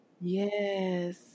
Yes